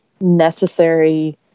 necessary